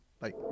Bye